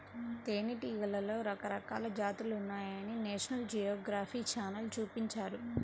తేనెటీగలలో రకరకాల జాతులున్నాయని నేషనల్ జియోగ్రఫీ ఛానల్ చూపించారు